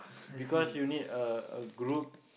because you need a group